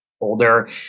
older